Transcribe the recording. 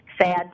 sad